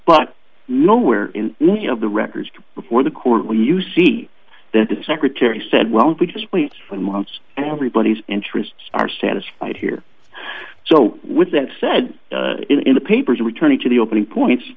but nowhere in many of the records before the court when you see that the secretary said well if we just wait for the most everybody's interests are satisfied here so with that said in the papers returning to the opening points